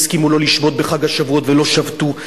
הסכימו לא לשבות בחג השבועות ולא שבתו,